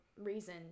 reason